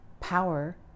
power